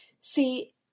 See